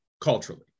culturally